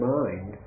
mind